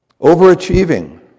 Overachieving